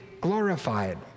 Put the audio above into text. glorified